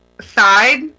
side